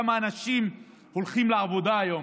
כמה אנשים הולכים לעבודה היום,